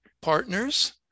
partners